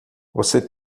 você